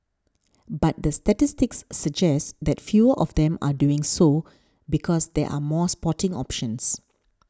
but the statistics suggest that fewer of them are doing so because there are more sporting options